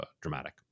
dramatic